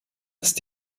ist